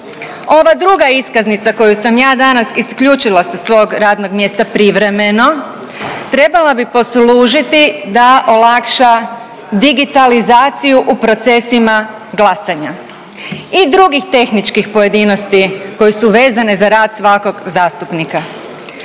Ova druga iskaznica koju sam ja danas isključila sa svog radnog mjesta privremeno trebala bi poslužiti da olakša digitalizaciju u procesima glasanja i drugih tehničkih pojedinosti koje su vezane za rad svakog zastupnika.